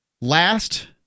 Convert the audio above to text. last